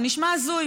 זה נשמע הזוי.